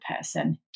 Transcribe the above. person